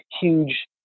huge